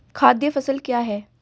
खाद्य फसल क्या है?